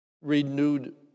renewed